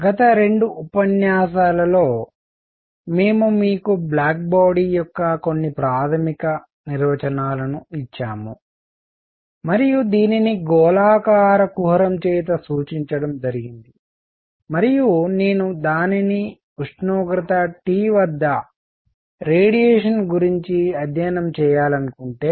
గత రెండు ఉపన్యాసాలలో మేము మీకు బ్లాక్ బాడీ యొక్క కొన్ని ప్రాథమిక నిర్వచనాలను ఇచ్చాము మరియు దీనిని గోళాకార కుహరం చేత సూచించడం జరిగింది మరియు నేను దానిని ఉష్ణోగ్రత T వద్ద రేడియేషన్ గూర్చి అధ్యయనం చేయాలనుకుంటే